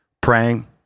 praying